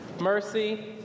mercy